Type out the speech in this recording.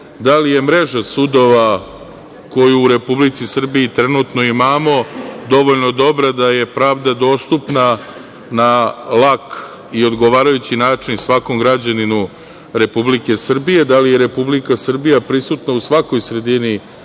da li je mreža sudova koju u Republici Srbiji trenutno imamo dovoljno dobra da je pravda dostupna na lak i odgovarajući način svakom građaninu Republike Srbije, da li je Republika Srbija prisutna u svakoj sredini